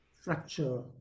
fracture